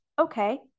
okay